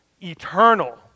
Eternal